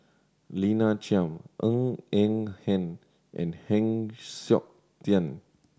Lina Chiam Ng Eng Hen and Heng Siok Tian